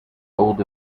old